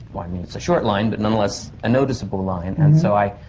well, i mean, it's a short line. but nonetheless a noticeable line. and so i.